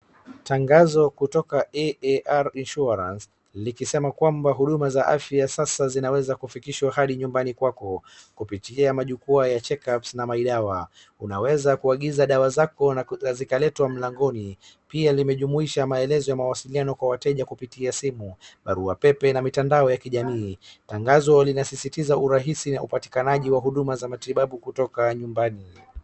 Tangazo kutoka AAR insurance likisema kwamba huduma za afya sasa zinaweza kufikishwa hadi nyumbani kwako kupitia majukwaa ya checkups na Mydawa . Unaweza kuagiza dawa zako na zikaletwa mlangoni, pia limejumuisha maelezo ya mawasiliano kwa wateja kupitia simu, barua pepe na mitandao ya kijamii. Tangazo linasisitiza urahisi na upatikanaji wa huduma za matibabu kutoka nyumbani.